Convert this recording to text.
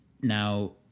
now